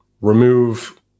remove